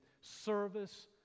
service